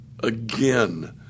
Again